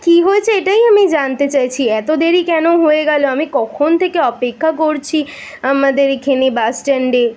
কী হয়েছে এটাই আমি জানতে চাইছি এতো দেরি কেন হয়ে গেলো আমি কখন থেকে অপেক্ষা করছি আমাদের এখানে বাস স্ট্যান্ডে